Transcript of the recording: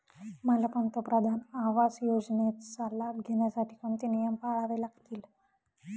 मला पंतप्रधान आवास योजनेचा लाभ घेण्यासाठी कोणते नियम पाळावे लागतील?